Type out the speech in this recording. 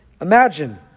Imagine